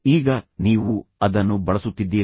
ಈಗ ನೀವು ಅದನ್ನು ಬಳಸುತ್ತಿದ್ದೀರಾ